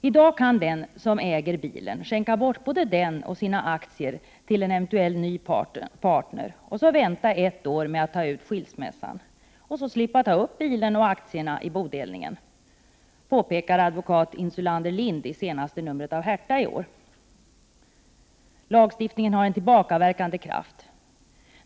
I dag kan den som äger bilen skänka både den och sina eventuella aktier till en ny partner och vänta ett år med att ta ut skilsmässan och sedan slippa ta upp bil och aktier i bodelningen, påpekar advokat Insulander-Lind i första numret av Hertha i år. Lagstiftningen har en tillbakaverkande kraft.